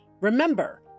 Remember